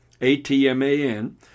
A-T-M-A-N